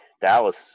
Dallas